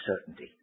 certainty